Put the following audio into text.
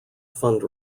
fund